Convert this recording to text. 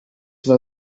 war